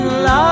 love